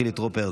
חילי טרופר,